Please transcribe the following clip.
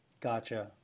Gotcha